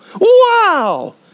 Wow